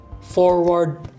forward